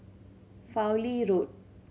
Fowlie Road